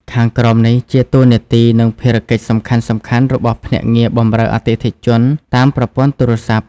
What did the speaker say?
ខាងក្រោមនេះជាតួនាទី និងភារកិច្ចសំខាន់ៗរបស់ភ្នាក់ងារបម្រើអតិថិជនតាមប្រព័ន្ធទូរស័ព្ទ ៖